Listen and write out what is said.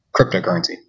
cryptocurrency